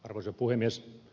arvoisa puhemies